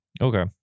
Okay